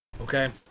Okay